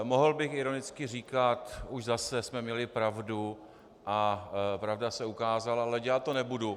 Mohl bych ironicky říkat už zase jsme měli pravdu a pravda se ukázala, ale dělat to nebudu.